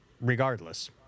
regardless